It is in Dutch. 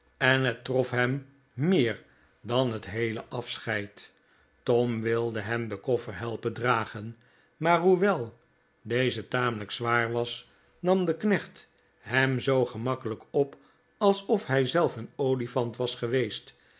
en het trof hem meer dan het heele afscheid tom wilde hem den koffer helpen dragen maar hoewel deze tamelijk zwaar was nam de knecht hem zoo gemakkelijk op f alsof hij zelf een olifant was geweest